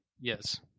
Yes